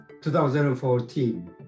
2014